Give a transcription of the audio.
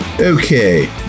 Okay